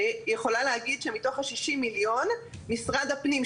אני יכולה להגיד שמתוך הששים מיליון משרד הפנים,